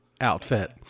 outfit